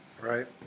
Right